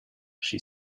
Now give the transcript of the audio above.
she